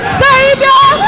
savior